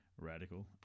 radical